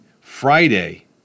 Friday